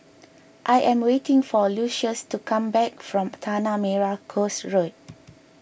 I am waiting for Lucius to come back from Tanah Merah Coast Road